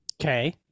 Okay